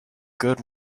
good